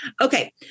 Okay